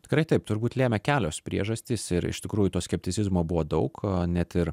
tikrai taip turbūt lėmė kelios priežastys ir iš tikrųjų to skepticizmo buvo daug net ir